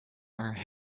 are